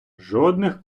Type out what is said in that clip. жодних